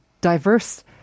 diverse